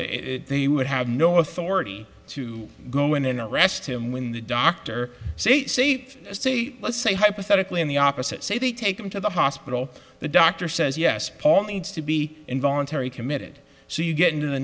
they would have no authority to go in and arrest him when the doctor say c c let's say hypothetically on the opposite say they take him to the hospital the doctor says yes paul needs to be involuntary committed so you get into the